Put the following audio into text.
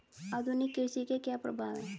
आधुनिक कृषि के क्या प्रभाव हैं?